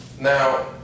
Now